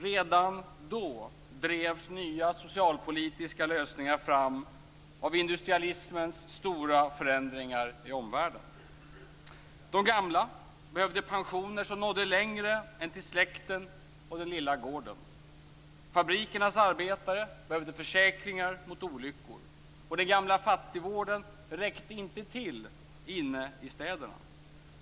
Redan på den tiden drevs nya socialpolitiska lösningar fram av industrialismens stora förändringar i omvärlden. De gamla behövde pensioner som nådde längre än till släkten och den lilla gården. Fabrikernas arbetare behövde försäkringar mot olyckor. Den gamla fattigvården räckte inte till inne i städerna.